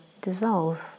dissolve